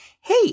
Hey